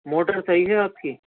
motor صحیح ہے آپ کی